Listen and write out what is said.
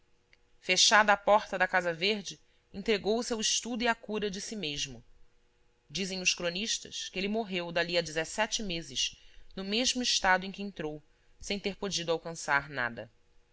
fechada a porta da casa verde entregou-se ao estudo e à cura de si mesmo dizem os cronistas que ele morreu dali a dezessete meses no mesmo estado em que entrou sem ter podido alcançar nada